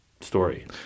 story